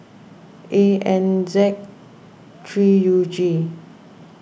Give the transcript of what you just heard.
A N Z three U G